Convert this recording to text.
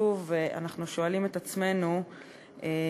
ושוב אנחנו שואלים את עצמנו האם,